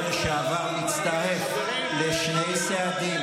נשיא בית המשפט העליון לשעבר הצטרף לשני סעדים